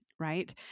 right